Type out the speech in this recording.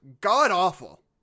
God-awful